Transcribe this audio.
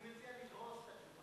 אני מציע לגרוס את התשובה.